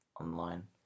online